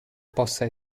possa